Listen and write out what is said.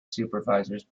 supervisors